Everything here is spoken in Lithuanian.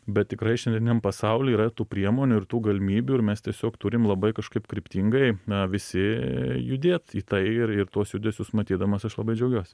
bet tikrai šiandieniniam pasauly yra ir tų priemonių ir tų galimybių ir mes tiesiog turim labai kažkaip kryptingai a visi judėt į tai ir ir tuos judesius matydamas aš labai džiaugiuos